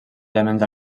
elements